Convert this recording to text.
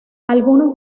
algunos